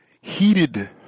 Heated